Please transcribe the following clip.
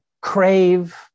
crave